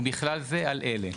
ובכלל זה על אלה: